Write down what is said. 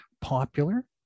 popular